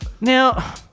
now